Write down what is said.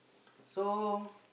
so